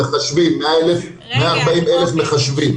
140,000 מחשבים.